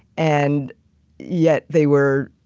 and yet they were,